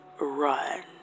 run